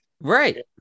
Right